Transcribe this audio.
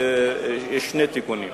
יש שני תיקונים.